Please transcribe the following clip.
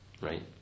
right